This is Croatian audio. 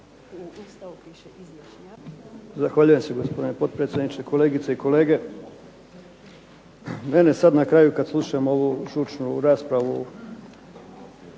**Horvat, Mile (SDSS)** Zahvaljujem se, gospodine potpredsjedniče. Kolegice i kolege. Mene sad na kraju, kad slušam ovu žučnu raspravu